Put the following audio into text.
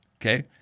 okay